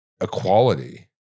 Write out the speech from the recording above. equality